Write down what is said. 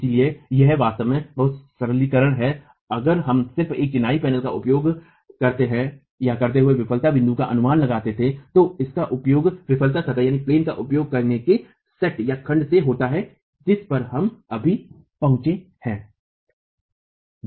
इसलिए यह वास्तव में बहुत सरलीकरण है अगर हम सिर्फ एक चिनाई पैनल में इसका उपयोग करते हुए विफलता बिंदु का अनुमान लगाते थे तो इसका उपयोग विफलता सतह का उपयोग करने के सेटखंड से होता है जिस पर हम अभी पहुंचे है